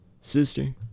Sister